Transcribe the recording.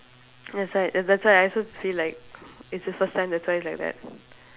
that's why ya that's why I also feel like it's his first time that's why like that